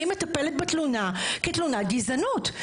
אני מטפלת בתלונה כתלונת גזענות.